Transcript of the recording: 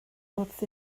wrth